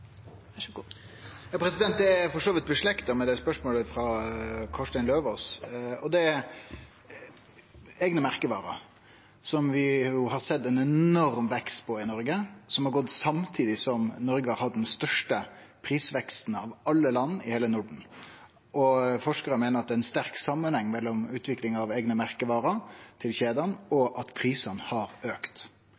er for så vidt i slekt med spørsmålet frå Kårstein Eidem Løvaas. Det gjeld eigne merkevarer, der vi har sett ein enorm vekst i Noreg, som har skjedd samtidig som Noreg har hatt den største prisveksten av alle land i heile Norden. Forskarar meiner det er ein sterk samanheng mellom utviklinga av eigne merkevarer hos kjedene og